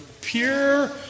pure